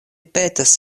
petas